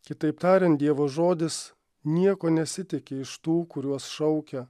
kitaip tariant dievo žodis nieko nesitiki iš tų kuriuos šaukia